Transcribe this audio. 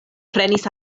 prenis